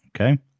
Okay